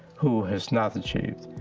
who has not achieved.